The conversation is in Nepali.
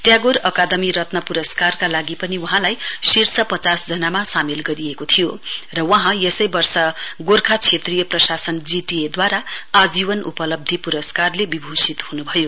ट्यागोर अकादमी रत्न पुरस्कारका लागि पनि वहाँलाई शीर्ष पचास जनामा सामेल गरिएको थियो र वहाँ यस वर्ष गोर्खा क्षेत्रीय प्रशासन जीटीए द्वारा आजीवन उपलब्धी पुरस्कारले विभूषित हुनुभयो